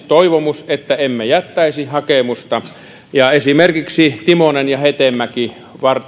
toivomus että emme jättäisi hakemusta esimerkiksi timonen ja hetemäki